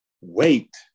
wait